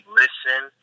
listen